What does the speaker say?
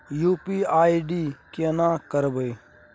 UPI केना करबे?